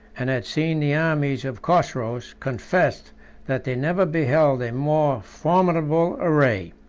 and had seen the armies of chosroes confessed that they never beheld a more formidable array.